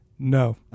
No